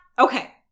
Okay